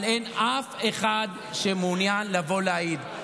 אבל אין אף אחד שמעוניין לבוא ולהעיד.